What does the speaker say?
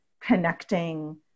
connecting